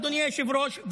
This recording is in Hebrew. אדוני היושב-ראש,